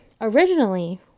originally